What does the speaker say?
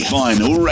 final